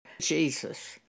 Jesus